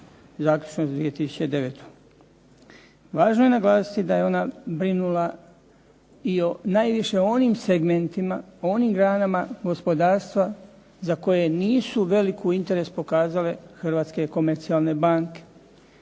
zaključno s 2009.-om. Važno je naglasiti da je ona brinula i o najviše onim segmentima, onim granama gospodarstva za koje nisu veliki interes pokazale hrvatske komercijalne banke.